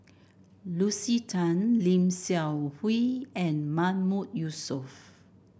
Lucy Tan Lim Seok Hui and Mahmood Yusof